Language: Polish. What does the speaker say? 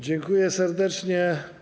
Dziękuję serdecznie.